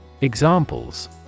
Examples